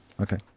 Okay